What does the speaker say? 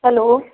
hello